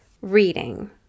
Reading